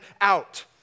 out